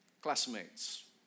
classmates